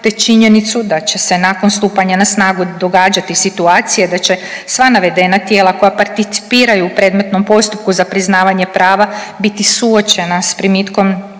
te činjenicu da će se nakon stupanja na snagu događati situacije da će sva navedena tijela koja participiraju u predmetom postupku za priznavanje prava biti suočena s primitkom